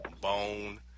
Bone